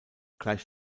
gleich